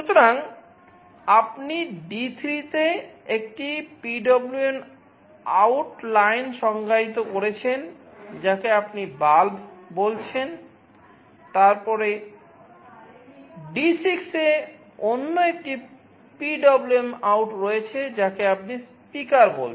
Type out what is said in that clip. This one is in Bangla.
সুতরাং আপনি D3 তে একটি PwmOut লাইন সংজ্ঞায়িত করছেন যাকে আপনি bulb বলছেন তারপরে D6 এ অন্য একটি PwmOut রয়েছে যাকে আপনি speaker বলছেন